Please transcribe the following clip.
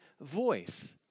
voice